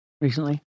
Recently